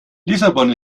lissabon